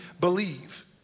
believe